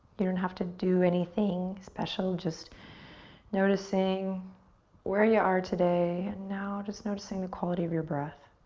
you don't have to do anything special, just noticing where you are today and now just noticing the quality of your breath.